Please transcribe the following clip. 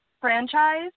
franchise